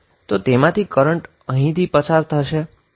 ક્યો કરન્ટ અહીંથી વહે છે